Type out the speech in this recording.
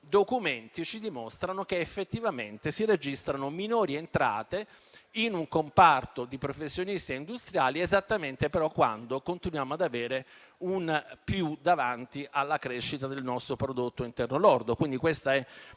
documenti ci dimostrano che effettivamente si registrano minori entrate in un comparto di professionisti e industriali, anche se continuiamo ad avere un più davanti alla crescita del nostro prodotto interno lordo. Questa è